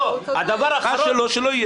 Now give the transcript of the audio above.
מה שלא, שלא יהיה.